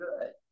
good